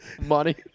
money